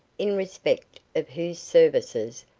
in respect of whose services,